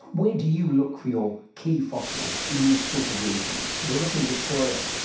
where do you look for your key fossils in this sort of region? we look in victoria.